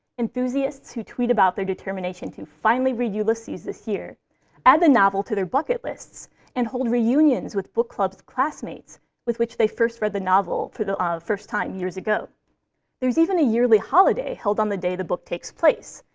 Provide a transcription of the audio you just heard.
enthusiasts who tweet about their determination to finally read ulysses this year add the novel to their bucket lists and hold reunions with book clubs classmates with which they first read the novel for the ah first time years ago there's even a yearly holiday held on the day the book takes place,